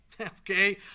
okay